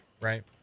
right